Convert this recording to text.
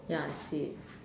ya I see it